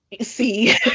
See